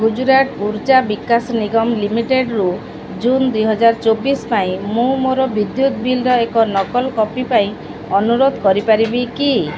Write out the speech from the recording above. ଗୁଜରାଟ ଉର୍ଜା ବିକାଶ ନିଗମ ଲିମିଟେଡ଼୍ରୁ ଜୁନ ଦୁଇ ହଜାର ଚବିଶ ପାଇଁ ମୁଁ ମୋର ବିଦ୍ୟୁତ ବିଲ୍ର ଏକ ନକଲ କପି ପାଇଁ ଅନୁରୋଧ କରିପାରିବି କି